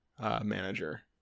manager